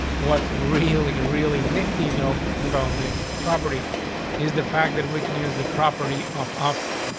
what's really, really nifty? no, around this property is the fact that we can use the property off offset